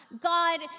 God